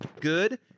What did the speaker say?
good